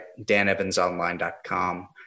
danevansonline.com